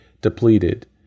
depleted